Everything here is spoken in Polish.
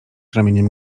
ramieniem